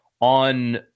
on